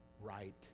right